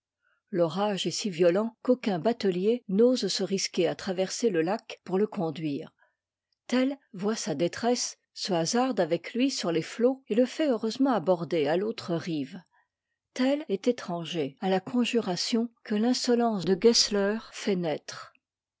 l'orage est si violent qu'aucun batelier n'ose se risquer à traverser le lac pour le conduire tell voit sa détresse se hasarde avec lui sur les flots et le fait heureusement aborder à l'autre rive tell est étranger à guillaume tell la conjuration que l'insolence de gessler fait naître